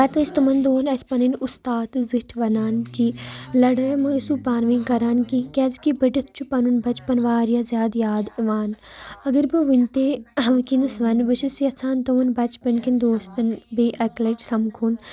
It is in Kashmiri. پَتہٕ ٲس تِمَن دۄہَن اَسہِ پَنٕنۍ اُستاد زٕٹھۍ وَنان کہِ لَڑٲے مہ ٲسِو پانہٕ ؤنۍ کَران کینٛہہ کیٛازِکہِ بٔڈِتھ چھُ پَنُن بَچپَن واریاہ زیادٕ یاد یِوان اگر بہٕ ؤنۍ تہِ وٕںکٮ۪نَس وَنہٕ بہٕ چھس یَژھان تِمَن بَچپَنکٮ۪ن دوستَن بیٚیہِ اَکہِ لَٹہِ سَمکھُن